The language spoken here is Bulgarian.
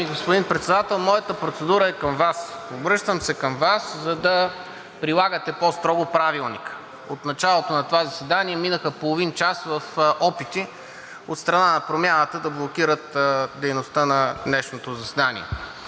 Уважаеми господин Председател, моята процедура е към Вас. Обръщам се към Вас, за да прилагате по-строго Правилника. От началото на това заседание мина половин час в опити от страна на Промяната да блокират дейността на днешното заседание.